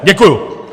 Děkuju.